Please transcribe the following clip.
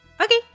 Okay